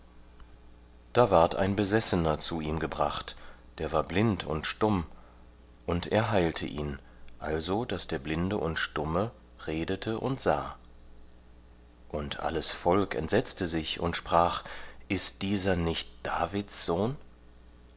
da ward ein besessener zu ihm gebracht der ward blind und stumm und er heilte ihn also daß der blinde und stumme redete und sah und alles volk entsetzte sich und sprach ist dieser nicht davids sohn